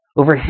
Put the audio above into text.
over